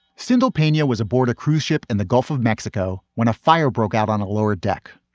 stindl penya was aboard a cruise ship in the gulf of mexico when a fire broke out on a lower deck.